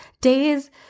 days